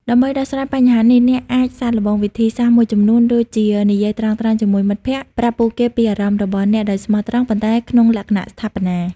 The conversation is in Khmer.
ដើម្បីដោះស្រាយបញ្ហានេះ អ្នកអាចសាកល្បងវិធីសាស្ត្រមួយចំនួនដូចជានិយាយត្រង់ៗជាមួយមិត្តភក្តិ ប្រាប់ពួកគេពីអារម្មណ៍របស់អ្នកដោយស្មោះត្រង់ ប៉ុន្តែក្នុងលក្ខណៈស្ថាបនា។